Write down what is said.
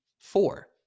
Four